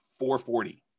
440